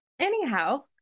Anyhow